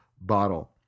bottle